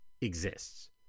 exists